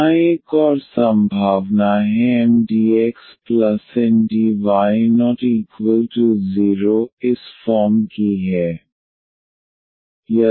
यहाँ एक और संभावना है MxNy≠0 इस फॉर्म की है